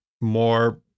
more